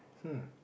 hmm